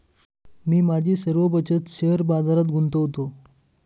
मी माझी सर्व बचत शेअर बाजारात गुंतवतो